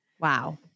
Wow